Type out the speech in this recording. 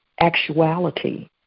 actuality